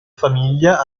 famiglia